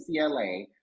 UCLA